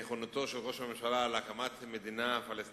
מנכונותו של ראש הממשלה להקמת מדינה פלסטינית,